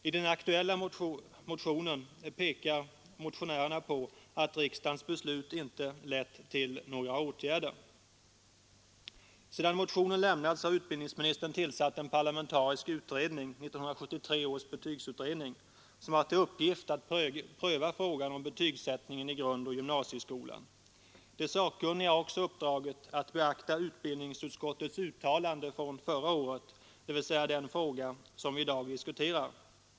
I den aktuella motionen pekar motionärerna på att riksdagens beslut icke lett till några åtgärder. Sedan motionen lämnats har utbildningsministern tillsatt en parlamentarisk utredning — 1973 års betygsutredning — som har till uppgift att pröva frågan om betygsättningen i grundoch gymnasieskolan. De sakkunniga har också uppdraget att beakta utbildningsutskottets uttalande från förra året, dvs. den fråga som vi i dag diskuterar.